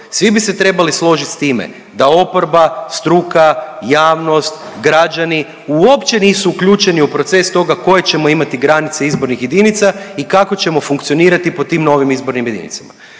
Svi bi se trebali složit s time da oporba, struka, javnost, građani uopće nisu uključeni u proces toga koje ćemo imati granice izbornih jedinica i kako ćemo funkcionirati po tim novim izbornim jedinicama.